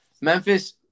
Memphis